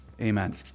Amen